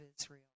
Israel